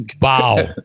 Wow